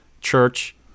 church